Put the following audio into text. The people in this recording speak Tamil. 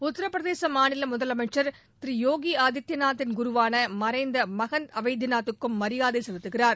உத்திரபிரதேச மாநில முதலமைச்ச் திரு போகி ஆதித்யநாத்தின் குருவான மறைந்த மகந்த் அவைத்தியநாத்துக்கும் மரியாதை செலுத்துகிறார்